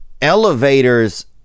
elevators